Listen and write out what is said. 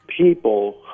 People